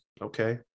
Okay